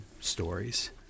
stories